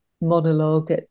monologue